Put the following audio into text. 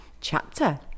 chapter